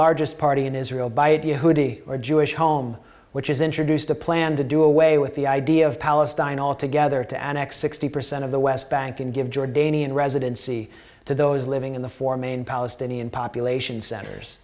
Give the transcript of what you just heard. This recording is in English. largest party in israel by it you hoody or jewish home which has introduced a plan to do away with the idea of palestine altogether to annex sixty percent of the west bank and give jordanian residency to those living in the four main palestinian population centers